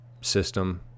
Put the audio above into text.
system